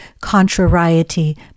contrariety